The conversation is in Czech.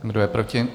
Kdo je proti?